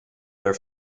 their